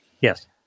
Yes